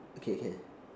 okay can